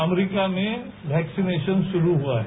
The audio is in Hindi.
अमरीका में वैक्सीनेशन शुरू हुआ है